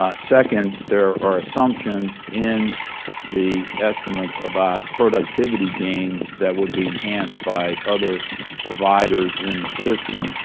ah second, there are assumptions in the estimates about productivity gains that would be enhanced by other providers in the system,